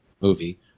movie